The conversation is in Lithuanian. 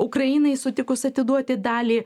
ukrainai sutikus atiduoti dalį